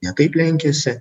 ne taip lenkiasi